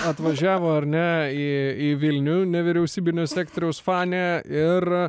atvažiavo ar ne į į vilnių nevyriausybinio sektoriaus fanė ir